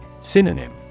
Synonym